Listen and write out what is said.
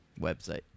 website